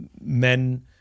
men